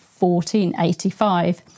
1485